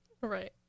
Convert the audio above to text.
Right